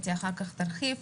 אתי אחר-כך תרחיב.